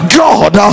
god